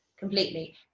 Completely